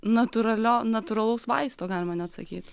natūralio natūralaus vaisto galima net sakyt